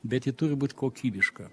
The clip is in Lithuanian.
bet ji turi būt kokybiška